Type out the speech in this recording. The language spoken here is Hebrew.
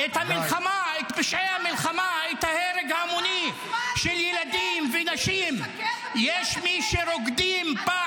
ולכן אני אומר, יש מי שרוקדים על